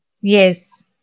Yes